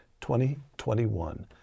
2021